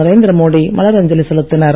நரேந்திர மோடி மலர் அஞ்சலி செலுத்தினர்